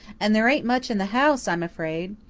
and there ain't much in the house, i'm afraid.